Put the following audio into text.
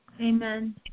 Amen